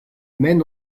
mène